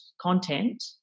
content